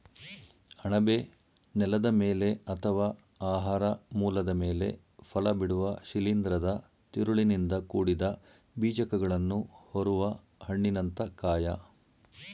ಅಣಬೆ ನೆಲದ ಮೇಲೆ ಅಥವಾ ಆಹಾರ ಮೂಲದ ಮೇಲೆ ಫಲಬಿಡುವ ಶಿಲೀಂಧ್ರದ ತಿರುಳಿನಿಂದ ಕೂಡಿದ ಬೀಜಕಗಳನ್ನು ಹೊರುವ ಹಣ್ಣಿನಂಥ ಕಾಯ